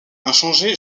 inchangée